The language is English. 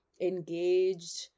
engaged